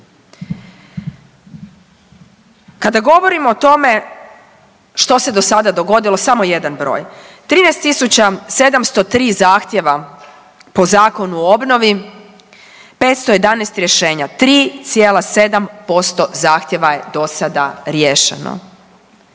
Kada govorimo o tome što se do sada dogodilo samo jedan broj. 13.703 zahtjeva po zakonu o obnovi, 511 rješenja. 3,7% zahtjeva je dosada riješeno.